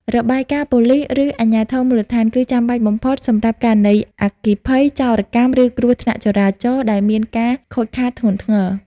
របាយការណ៍ប៉ូលីស ឬអាជ្ញាធរមូលដ្ឋាន គឺចាំបាច់បំផុតសម្រាប់ករណីអគ្គិភ័យ ចោរកម្ម ឬគ្រោះថ្នាក់ចរាចរណ៍ដែលមានការខូចខាតធ្ងន់ធ្ងរ។